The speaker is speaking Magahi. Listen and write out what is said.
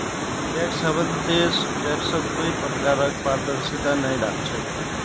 टैक्स हेवन देश टैक्सत कोई प्रकारक पारदर्शिता नइ राख छेक